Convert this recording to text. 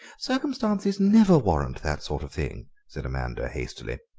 circumstances never warrant that sort of thing, said amanda hastily.